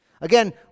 Again